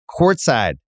courtside